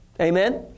Amen